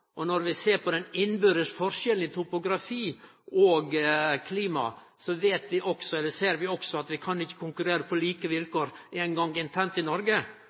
land. Når vi ser på den innbyrdes forskjellen i topografi og klima, ser vi også at vi ikkje kan konkurrere på like vilkår eingong internt i Noreg.